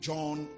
John